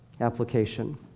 application